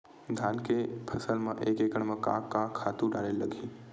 धान के फसल म एक एकड़ म का का खातु डारेल लगही?